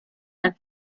and